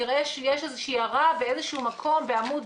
יראה שיש איזו שהיא הערה באיזה שהוא מקום בעמוד